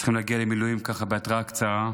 שצריכים להגיע למילואים ככה בהתראה קצרה.